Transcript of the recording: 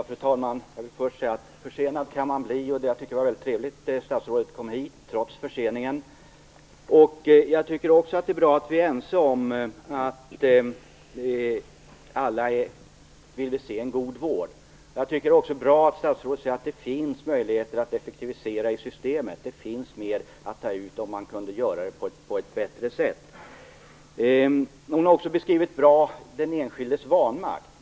Fru talman! Försenad kan man bli, och jag tycker att det var väldigt trevligt att statsrådet kom hit trots förseningen. Jag tycker också att det är bra att vi är ense om att vi alla vill se en god vård. Det är också bra att statsrådet säger att det finns möjligheter att effektivisera systemet. Det finns mer att ta ut, om man kunde göra det på ett bättre sätt. Hon har också på ett bra sätt beskrivit den enskildes vanmakt.